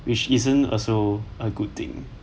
which isn't also a good thing